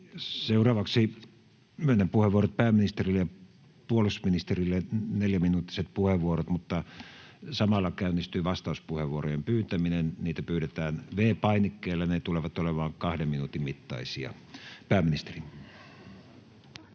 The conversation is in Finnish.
Seuraavaksi myönnän pääministerille ja puolustusministerille neljäminuuttiset puheenvuorot, mutta samalla käynnistyy vastauspuheenvuorojen pyytäminen. Niitä pyydetään V-painikkeella, ja ne tulevat olemaan 2 minuutin mittaisia. — Pääministeri.